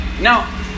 Now